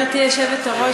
גברתי היושבת-ראש,